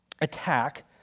attack